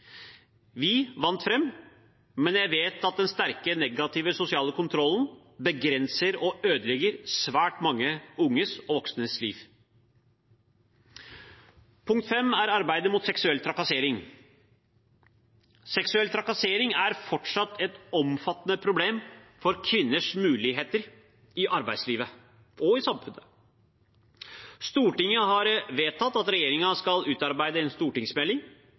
Vi vant fram, men jeg vet at den sterke negative sosiale kontrollen begrenser og ødelegger svært mange unges og voksnes liv. Punkt 5 er arbeidet mot seksuell trakassering. Seksuell trakassering er fortsatt et omfattende problem for kvinners muligheter i arbeidslivet og i samfunnet. Stortinget har vedtatt at regjeringen skal utarbeide en stortingsmelding.